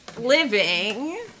Living